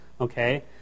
okay